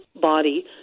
body